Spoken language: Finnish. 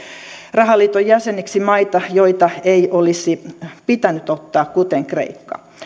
rahaliiton jäseniksi maita joita ei olisi pitänyt ottaa kuten kreikka